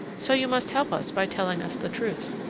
so you must help us by telling us the truth.